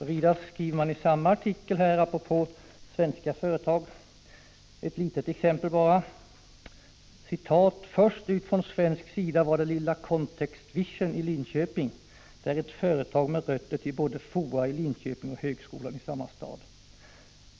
I samma artikel står vidare apropå svenska företag: ”Först ut från svensk sida var det lilla Context Vision i Linköping. Det är ett företag med rötter till både FOA i Linköping och högskolan i samma stad.